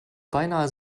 beinahe